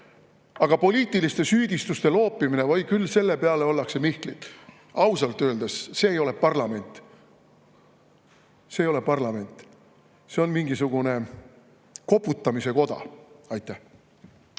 aga poliitiliste süüdistuste loopimine, oi, küll selle peale ollakse mihklid! Ausalt öeldes ei ole see parlament. See ei ole parlament, see on mingisugune koputamise koda. Aitäh!